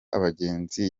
abagenzi